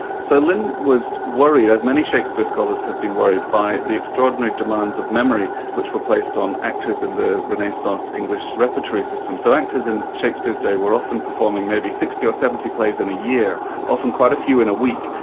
so lyn worried, as many shakespeare scholars have been worried, by the extraordinary demands of memory, which were placed on actors in the renaissance english repertory system. so actors in shakespeare's day were often performing maybe sixty or seventy plays in a year, often quite a few in a week,